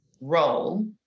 role